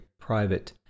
private